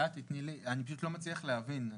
אני פשוט לא מצליח להבין,